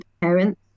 parents